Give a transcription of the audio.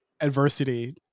adversity